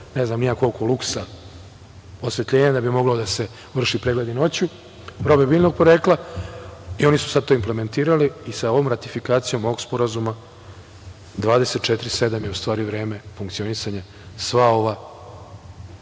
ne znam ni ja koliko luksa osvetljenje da bi mogli da se vrše pregledi noću robe biljnog porekla i oni su sad to implementirali i sa ovom ratifikacijom ovog sporazuma 24/7 je u stvari vreme funkcionisanja za sve